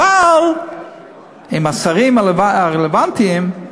אבל עם השרים הרלוונטיים,